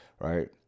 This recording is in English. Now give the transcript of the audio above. right